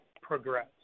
progress